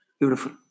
Beautiful